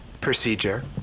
Procedure